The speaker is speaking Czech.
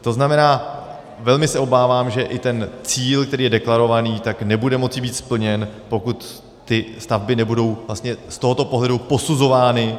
To znamená, velmi se obávám, že i ten cíl, který je deklarovaný, nebude moci být splněn, pokud ty stavby nebudou z tohoto pohledu posuzovány.